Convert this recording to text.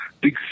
big